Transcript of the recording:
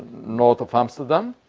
north of amsterdam,